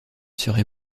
serai